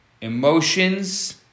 Emotions